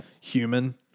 human